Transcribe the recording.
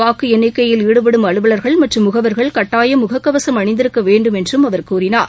வாக்கு எண்ணிக்கையில் ஈடுபடும் அலுவலர்கள் மற்றம் முகவர்கள் கட்டாயம் முகக்கவசம் அணிந்திருக்க வேண்டும் என்றும் அவர் கூறினார்